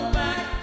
back